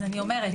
אז אני אומרת,